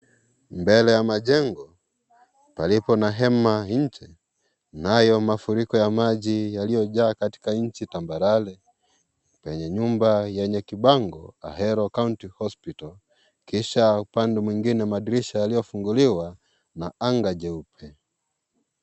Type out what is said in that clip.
Mbele ya majengo, palipo na hema nje, nayo mafuriko ya maji yaliyojaa katika nchi tambarare, yenye nyumba yenye kibango Ahero County Hospital. Kisha upande mwingine madirisha yaliyofunguliwa na anga jeupe.